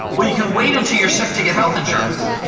well, you can wait until you're sick to get health insurance,